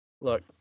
Look